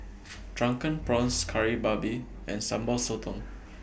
Drunken Prawns Kari Babi and Sambal Sotong